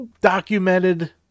Documented